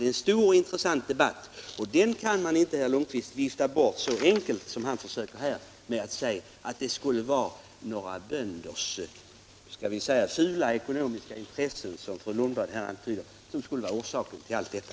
Det är fråga om en stor och intressant debatt, och den kan man inte vifta bort så enkelt som herr Lundkvist här försöker göra, med att säga att det skulle vara några bönders fula ekonomiska intressen — som också fru Lundblad här antyder - som är orsaken till allt detta.